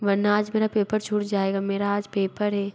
वरना आज मेरा पेपर छूट जाएगा मेरा आज पेपर है